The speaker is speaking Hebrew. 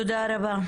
תודה רבה.